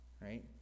right